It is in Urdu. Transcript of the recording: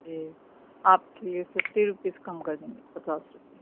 جی آپ کے لیے ففٹی روپیز کم کر دیں گے پچاس روپے